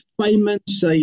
payments